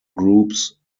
groups